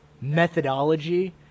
methodology